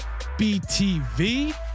BTV